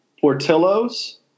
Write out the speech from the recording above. Portillo's